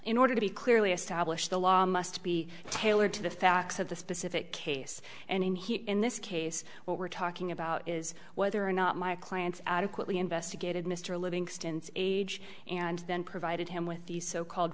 in order to be clearly established the law must be tailored to the facts of the specific case and in heat in this case what we're talking about is whether or not my clients adequately investigated mr livingston's age and then provided him with the so called